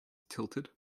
tilted